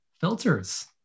filters